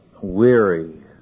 weary